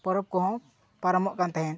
ᱯᱚᱨᱚᱵᱽ ᱠᱚᱦᱚᱸ ᱯᱟᱨᱚᱢᱚᱜ ᱠᱟᱱ ᱛᱟᱦᱮᱸᱫ